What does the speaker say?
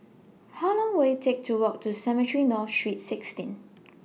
How Long Will IT Take to Walk to Cemetry North Street sixteen